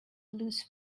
loose